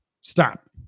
Stop